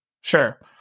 Sure